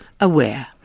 aware